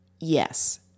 Yes